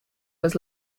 was